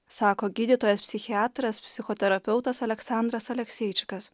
sako gydytojas psichiatras psichoterapeutas aleksandras alekseičikas